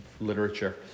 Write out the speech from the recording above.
literature